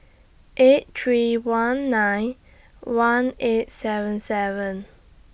eight three one nine one eight seven seven